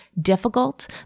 difficult